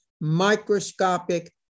microscopic